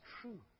true